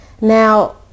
Now